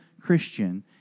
Christian